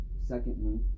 secondly